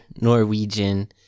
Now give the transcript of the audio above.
Norwegian